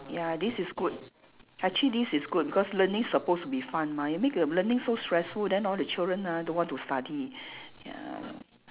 ya this is good actually this is good because learning supposed to be fun mah you make the learning so stressful then all the children ah don't want to study ya